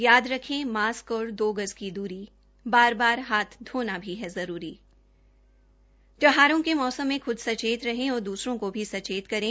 याद रखे मास्क और दो गज की दूरी बार बार हाथ धोना भी है जरूरी त्यौहारों के मौसम में ख्द सचेत रहे और दूसरों को भी सचेत करें